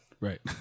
Right